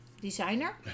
designer